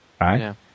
right